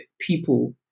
people